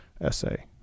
essay